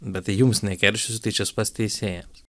bet tai jums nekeršysiu tai čia suprask teisėjams